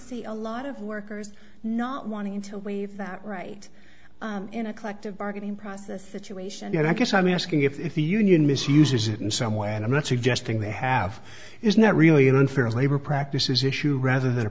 see a lot of workers not wanting to waive that right in a collective bargaining process situation i guess i'm asking if the union misuses it in some way and i'm not suggesting they have is not really an unfair labor practices issue rather than a